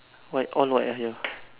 white all white ah you